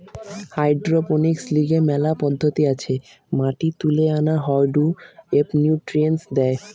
hydroponics লিগে মেলা পদ্ধতি আছে মাটি তুলে আনা হয়ঢু এবনিউট্রিয়েন্টস দেয়